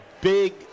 big